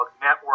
network